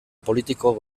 politiko